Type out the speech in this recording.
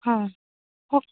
హ ఓకే